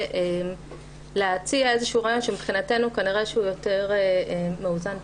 ולהציע רעיון שמבחינתנו הוא יותר מאוזן.